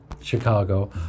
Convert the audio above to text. Chicago